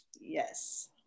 Yes